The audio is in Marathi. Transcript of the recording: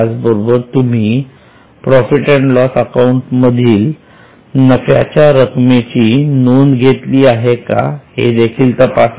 त्याचबरोबर तुम्ही प्रॉफिट अँड लॉस अकाउंट मधील नफ्याच्या रक्कमेची नोंद घेतली आहे का हे तपासा